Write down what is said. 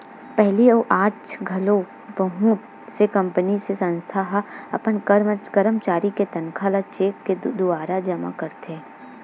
पहिली अउ आज घलो बहुत से कंपनी ते संस्था ह अपन करमचारी के तनखा ल चेक के दुवारा जमा करथे